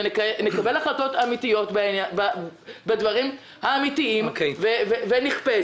ונקבל החלטות אמתיות בדברים האמתיים ונכפה.